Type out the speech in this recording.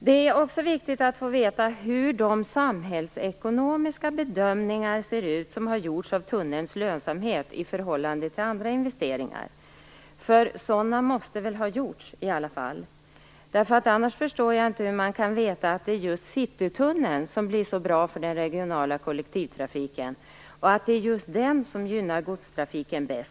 Det är också viktigt att få veta hur de samhällsekonomiska bedömningar ser ut som har gjorts av tunnelns lönsamhet i förhållande till andra investeringar. Sådana måste väl i alla fall ha gjorts? Annars förstår jag inte hur man kan veta att just Citytunneln blir så bra för den regionala kollektivtrafiken, och att det just är den som gynnar godstrafiken mest.